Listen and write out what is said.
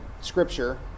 Scripture